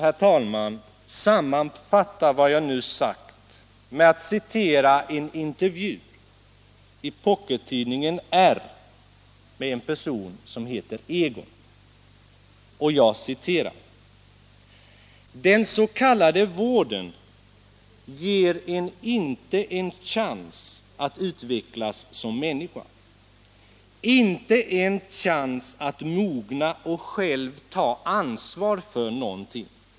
herr talman, sammanfatta vad jag nu sagt med att citera en intervju i pockettidningen R med en person som heter Egon: "Den s.k. vården ger en inte en chans att utvecklas som minniska. Inte en chans att mogna och själv ta ansvar för nånting.